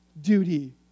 duty